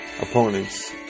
opponents